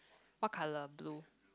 what colour blue